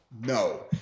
no